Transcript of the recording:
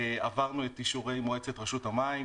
עברנו את אישורי מועצת רשות המים,